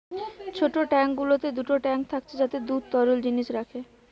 ছোট ট্যাঙ্ক গুলোতে দুটো ট্যাঙ্ক থাকছে যাতে দুধ তরল জিনিস রাখে